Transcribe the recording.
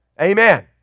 Amen